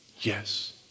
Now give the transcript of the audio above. Yes